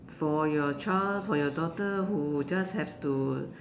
for your child for your daughter who just have to